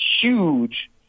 huge